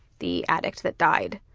the addict that died.